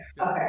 okay